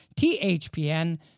THPN